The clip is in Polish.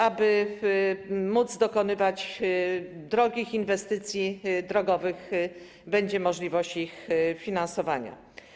Aby móc dokonywać drogich inwestycji drogowych, będzie możliwość ich finansowania.